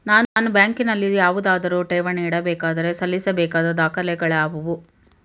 ನಾನು ಬ್ಯಾಂಕಿನಲ್ಲಿ ಯಾವುದಾದರು ಠೇವಣಿ ಇಡಬೇಕಾದರೆ ಸಲ್ಲಿಸಬೇಕಾದ ದಾಖಲೆಗಳಾವವು?